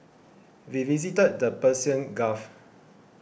we visited the Persian Gulf